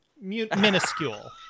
Minuscule